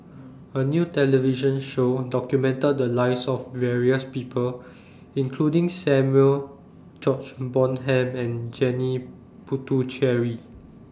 A New television Show documented The Lives of various People including Samuel George Bonham and Janil Puthucheary